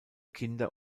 kinder